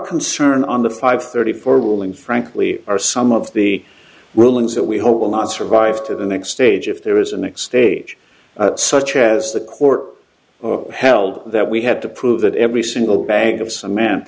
concern on the five thirty four ruling frankly are some of the rulings that we hope will not survive to the next stage if there is a next stage such as the court held that we had to prove that every single bag of cement